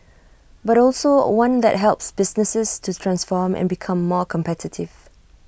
but also one that helps businesses to transform and become more competitive